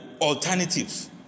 alternatives